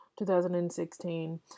2016